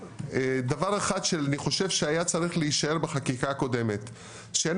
דבר אחד שאני חושב שהיה צריך להישאר בחקיקה הקודמת שאין